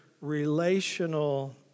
relational